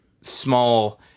small